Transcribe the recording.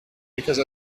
because